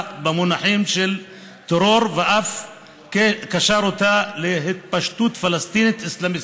במונחים של טרור ואף קשר אותה להתפשטות פלסטינית אסלאמיסטית.